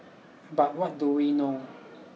but what do we know